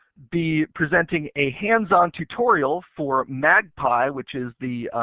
be presenting a hands-on tutorial for meagpie which is the